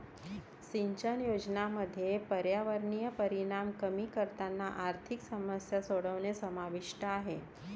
सिंचन योजनांमध्ये पर्यावरणीय परिणाम कमी करताना आर्थिक समस्या सोडवणे समाविष्ट आहे